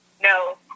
No